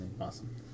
Awesome